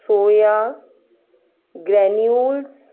soya granules